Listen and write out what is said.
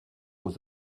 aux